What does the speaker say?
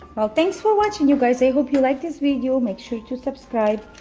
well, thanks for watching you guys i hope you liked this video, make sure to subscribe,